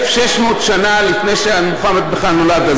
1,600 שנה לפני שמוחמד בכלל נולד.